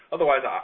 Otherwise